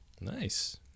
Nice